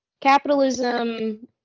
capitalism